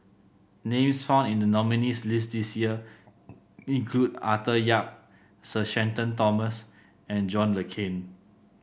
names found in the nominees' list this year include Arthur Yap Sir Shenton Thomas and John Le Cain